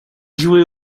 jouait